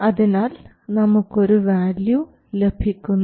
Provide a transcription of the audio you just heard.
അതിനാൽ നമുക്ക് ഒരു വാല്യൂ ലഭിക്കുന്നു